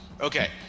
Okay